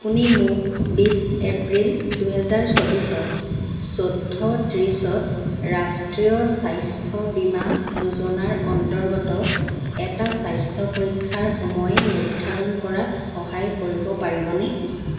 আপুনি মোক বিছ এপ্ৰিল দুহেজাৰ চৌব্বিছত চৌধ্য ত্ৰিছত ৰাষ্ট্ৰীয় স্বাস্থ্য বীমা যোজনাৰ অন্তৰ্গত এটা স্বাস্থ্য পৰীক্ষাৰ সময় নিৰ্ধাৰণ কৰাত সহায় কৰিব পাৰিবনে